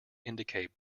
indicate